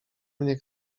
mnie